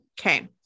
Okay